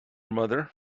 mother